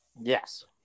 Yes